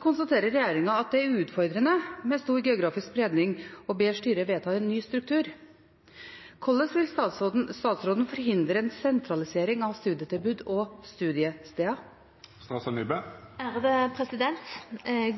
konstaterer regjeringen at det er utfordrende med stor geografisk spredning, og ber styret vedta ny struktur. Hvordan vil statsråden forhindre en sentralisering av studietilbud og studiesteder?»